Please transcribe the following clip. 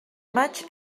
maig